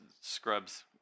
scrubs